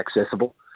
accessible